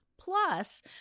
Plus